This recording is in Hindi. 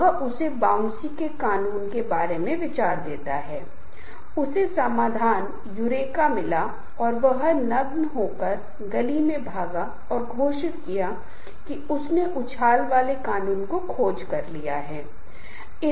जब भी हम कई बार एक बैठक कर ने जा रहे हैं तो ऐसा होता है कि कुछ सदस्य आपस में अनौपचारिक रूप से कुछ मुद्दों पर चर्चा करते हैं और तैयार होते हैं